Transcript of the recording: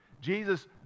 Jesus